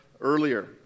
earlier